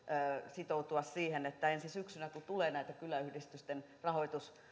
sitoutua siihen että ensi syksynä kun tulee näitä kyläyhdistysten